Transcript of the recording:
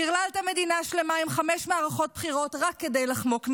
טרללת מדינה שלמה עם חמש מערכות בחירות רק כדי לחמוק מדין.